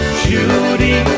judy